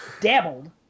dabbled